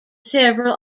several